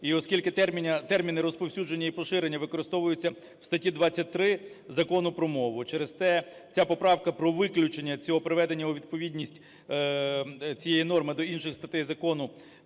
І оскільки терміни "розповсюдження" і "поширення" використовуються в статті 23 Закону про мову, через те ця поправка про виключення, приведення у відповідність цієї норми до інших статей закону,